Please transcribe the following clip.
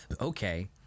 Okay